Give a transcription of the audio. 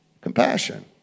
Compassion